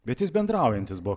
bet jis bendraujantis buvo